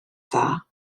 dda